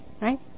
Right